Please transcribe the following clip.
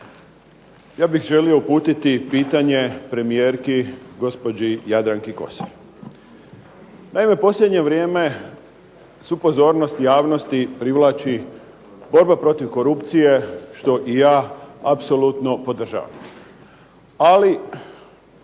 Ja bih želio uputiti pitanje premijerki gospođi Jadranki Kosor. Naime, u posljednje vrijeme svu pozornost privlači borba protiv korupcije što i ja apsolutno podržavam ali